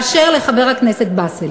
באשר לחבר הכנסת באסל,